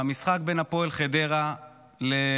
במשחק בין הפועל חדרה לסח'נין,